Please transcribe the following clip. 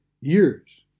years